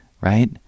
right